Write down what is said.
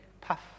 puff